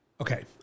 okay